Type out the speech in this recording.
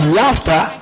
laughter